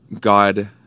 God